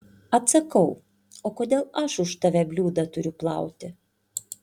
atsakau o kodėl aš už tave bliūdą turiu plauti